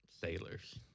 Sailors